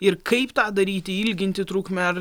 ir kaip tą daryti ilginti trukmę